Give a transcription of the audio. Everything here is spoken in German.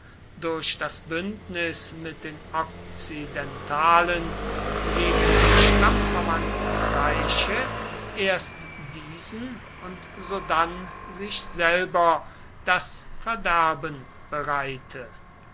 durch das bündnis mit den okzidentalen gegen die stammverwandten reiche erst diesen und sodann sich selber das verderben bereite